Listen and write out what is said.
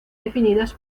definidas